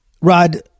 Rod